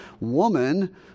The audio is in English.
woman